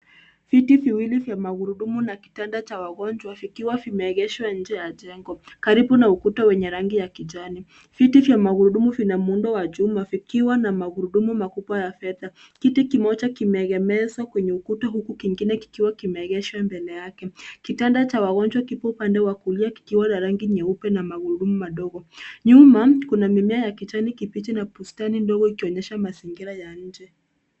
Viti viwili vya magurudumu na kitanda cha wagonjwa vikiwa vimeegeshwa nje ya jengo, karibu na ukuta wenye rangi ya kijani. Viti vya magurudumu vina muundo wa chuma, vikiwa na magurudumu makubwa ya fedha. Kiti kimoja kimeegeshwa kwenye ukuta, huku kingine kikiwa kimeegeshwa mbele yake. Kitanda cha wagonjwa kipo upande wa kulia kikiwa na rangi nyeupe na magurudumu madogo. Nyuma, kuna mimea ya kijani kibichi na bustani ndogo ikionyesha mazingira ya nje.